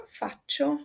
faccio